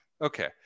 okay